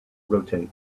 rotate